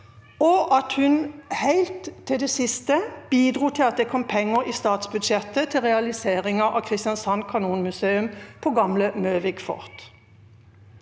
og hun bidro helt til det siste til at det kom penger i statsbudsjettet til realiseringen av Kristiansand kanonmuseum på gamle Møvik fort.